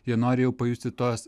jie nori jau pajusti tos